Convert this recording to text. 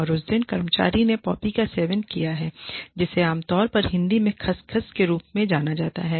और उस दिन कर्मचारी ने का सेवन किया है जिसे आमतौर पर हिंदी में खस खस के रूप में जाना जाता है